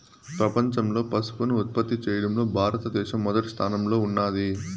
ప్రపంచంలో పసుపును ఉత్పత్తి చేయడంలో భారత దేశం మొదటి స్థానంలో ఉన్నాది